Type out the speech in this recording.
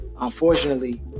unfortunately